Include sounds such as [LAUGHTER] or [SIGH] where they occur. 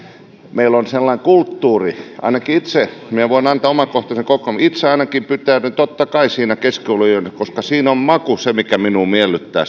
meillä on sellainen kulttuuri ainakin itse voin antaa omakohtaisen kokemuksen itse ainakin pitäydyn totta kai siinä keskioluen juonnissa koska siinä on maku se mikä minua miellyttää [UNINTELLIGIBLE]